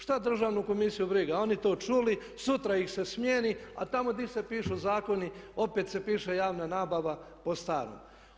Što Državnu komisiju briga, oni to čuli, sutra ih se smjeni a tamo gdje se pišu zakoni opet se piše javna nabava po starom.